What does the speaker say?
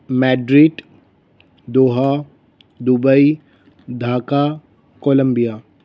Madrid Doha Dubai Dhaka Columbia